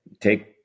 take